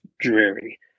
dreary